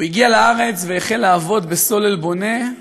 הוא הגיע לארץ והחל לעבוד ב"סולל בונה",